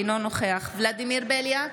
אינו נוכח ולדימיר בליאק,